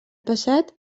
passat